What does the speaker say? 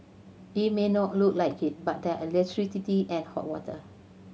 it may not look like it but there are electricity and hot water